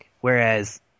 whereas